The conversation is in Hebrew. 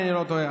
אם אני לא טועה.